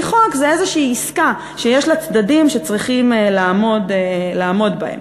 חוק זה איזושהי עסקה שיש לה צדדים שצריכים לעמוד בהם.